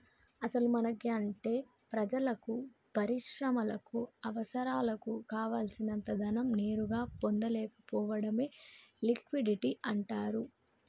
అసలు మనకి అంటే ప్రజలకు పరిశ్రమలకు అవసరాలకు కావాల్సినంత ధనం నేరుగా పొందలేకపోవడమే లిక్విడిటీ అంటారు